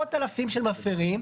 עשרות אלפים של מפרים.